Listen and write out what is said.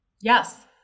Yes